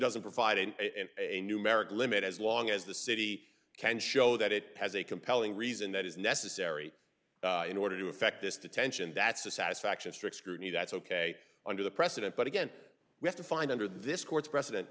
doesn't provide in a numeric limit as long as the city can show that it has a compelling reason that is necessary in order to effect this detention that's a satisfaction strict scrutiny that's ok under the precedent but again we have to find under this court's precedent